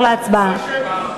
או לעבור להצבעה?